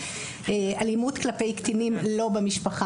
אלימות כלפי קטינים לא במשפחה,